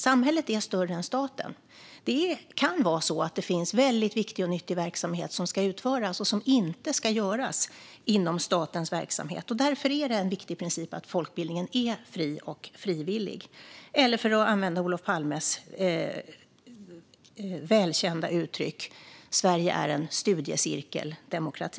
Samhället är större än staten. Det kan finnas väldigt viktig och nyttig verksamhet som ska utföras men inte inom statens verksamhet. Därför är det en viktig princip att folkbildningen är fri och frivillig eller, för att använda Olof Palmes välkända uttryck: Sverige är en studiecirkeldemokrati.